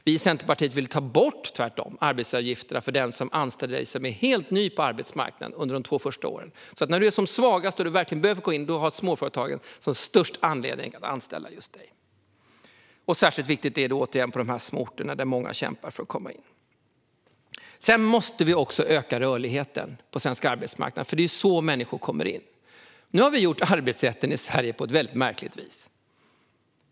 Vi i Centerpartiet vill tvärtom ta bort arbetsgivaravgifterna för den som anställer dig som är helt ny på arbetsmarknaden under de två första åren. När du är som svagast och verkligen behöver komma in på arbetsmarknaden har småföretagen som störst anledning att anställa just dig. Särskilt viktigt, återigen, är det på de små orterna där många kämpar för att komma in på arbetsmarknaden. Sedan måste vi öka rörligheten på svensk arbetsmarknad, för det är så människor kommer in. Det här är det tredje låset. Nu har vi utformat arbetsrätten i Sverige på ett väldigt märkligt vis.